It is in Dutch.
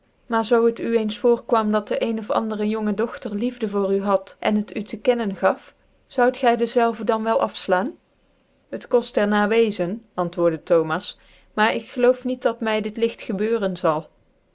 maar zoo het u eens voorkwam dat de een of andere jonge dokter liefde voor n had tn hec n tc kcsnengaf zouj gy dezelve dan wtlafqaan hctkoft erna wezen antwoordc ihomas maar ik geloof niet dat my cut ligt gebeuren zal